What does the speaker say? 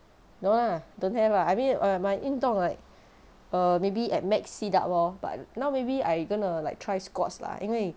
no lah don't have ah I mean my 运动 like err maybe at max sit-up lor but now maybe I gonna like try squats lah 因为